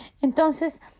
Entonces